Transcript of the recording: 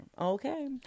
Okay